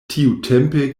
tiutempe